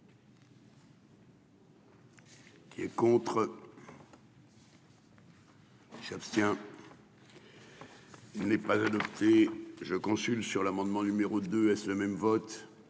Qui est contre. Il s'abstient. Il n'est pas adopté, je consulte sur l'amendement numéro 2 est le même vote